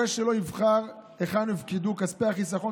"הורה שלא יבחר היכן יופקדו כספי החיסכון